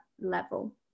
level